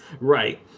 Right